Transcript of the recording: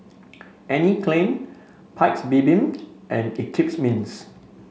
Anne Klein Paik's Bibim and Eclipse Mints